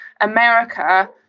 America